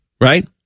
right